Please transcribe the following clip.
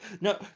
No